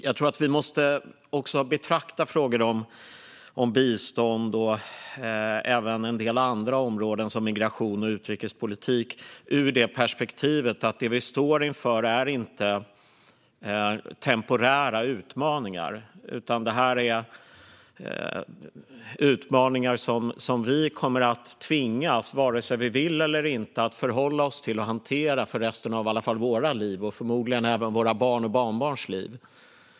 Jag tror att vi måste betrakta frågor om bistånd och en del andra områden som migration och utrikespolitik ur perspektivet att det vi står inför inte är temporära utmaningar. Det är utmaningar som vi, vare sig vi vill eller inte, kommer att tvingas förhålla oss till och hantera resten av våra liv. Det gäller förmodligen även våra barn och barnbarn. Fru talman!